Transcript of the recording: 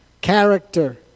character